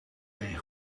een